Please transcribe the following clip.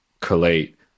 collate